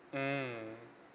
mmhmm